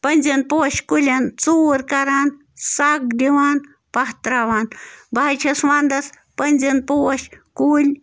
پٔنٛزیٖن پوشہٕ کُلٮ۪ن ژوٗر کَران سَگ دِوان پاہ ترٛاوان بہٕ حظ چھَس وَنٛدَس پٔنٛزیٖن پوش کُلۍ